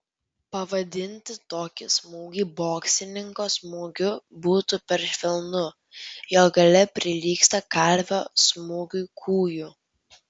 pavadinti tokį smūgį boksininko smūgiu būtų per švelnu jo galia prilygsta kalvio smūgiui kūju